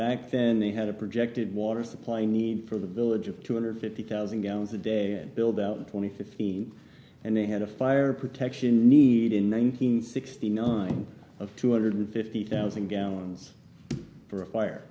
back then they had a projected water supply need for the village of two hundred fifty thousand gallons a day and build out twenty fifteen and they had a fire protection need in one nine hundred sixty nine of two hundred fifty thousand gallons for a f